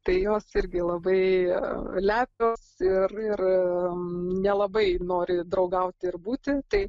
tai jos irgi labai lepios ir ir nelabai nori draugauti ir būti tai